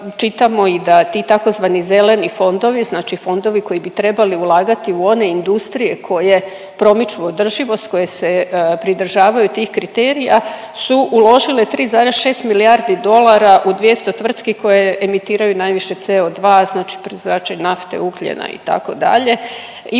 čitamo da ti tzv. zeleni fondovi znači fondovi koji bi trebali ulagati u one industrije koje promiču održivost, koje se pridržavaju tih kriterija su uložile 3,6 milijardi dolara u 200 tvrtki koje emitiraju najviše CO2, znači proizvođači nafte, ugljena itd.